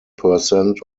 percent